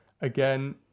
again